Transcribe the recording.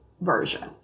version